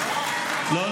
(חברת הכנסת מיכל שיר סגמן יוצאת מאולם המליאה.) לא,